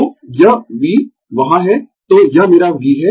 तो यह V वहाँ है तो यह मेरा V है